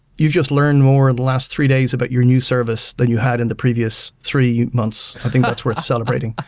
you just learned more in the last three days about your new service than you had in the previous three months. i think that's worth celebrating.